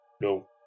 No